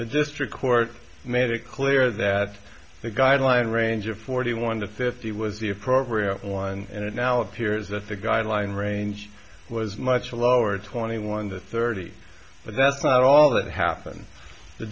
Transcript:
the district court made it clear that the guideline range of forty one to fifty was the appropriate one and it now appears that the guideline range was much lower twenty one to thirty but that's not all that happened the